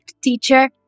teacher